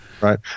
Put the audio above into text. Right